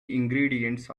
ingredients